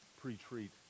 Pre-treat